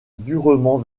durement